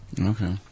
Okay